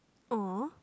oh